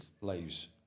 lives